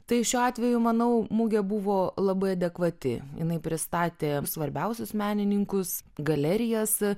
tai šiuo atveju manau mugė buvo labai adekvati jinai pristatė svarbiausius menininkus galerijas